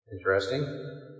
interesting